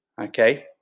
Okay